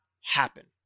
happen